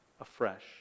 afresh